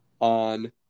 on